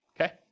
Okay